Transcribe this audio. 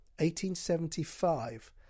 1875